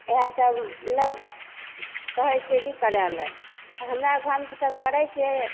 इएहसब मतलब कहै छिए कि करैले हमरा घरमे तऽ सभ करै छिए